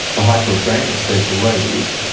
high court granted special leave,